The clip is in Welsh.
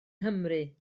nghymru